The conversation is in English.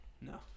No